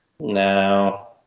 No